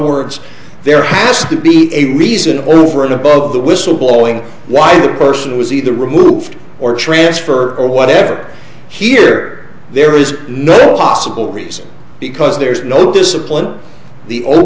words there has to be a reason over and above the whistleblowing why the person was either removed or transfer or whatever here there is no possible reason because there is no discipline the o